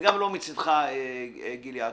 וגם לא מצדך גיל יעקב.